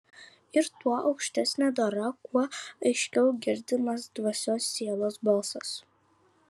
ir tuo aukštesnė dora kuo aiškiau girdimas dvasios sielos balsas